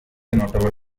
notable